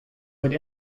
would